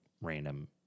random